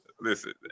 Listen